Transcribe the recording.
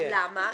למה?